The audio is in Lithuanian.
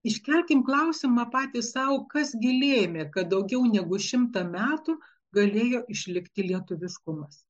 iškelkim klausimą patys sau kas gi lėmė kad daugiau negu šimtą metų galėjo išlikti lietuviškumas